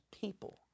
people